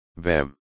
vem